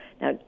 Now